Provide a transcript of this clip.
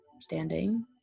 standing